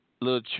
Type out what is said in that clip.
little